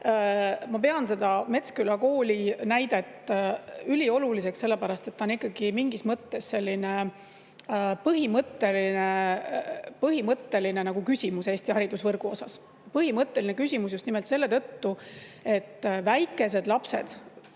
Ma pean seda Metsküla kooli näidet ülioluliseks, sellepärast et see on ikkagi mingis mõttes põhimõtteline küsimus Eesti haridusvõrgu puhul. Põhimõtteline küsimus just nimelt selle tõttu, et väikesed lapsed